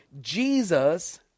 Jesus